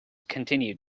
continued